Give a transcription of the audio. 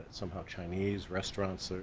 somehow chinese restaurants,